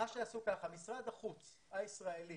משרד החוץ הישראלי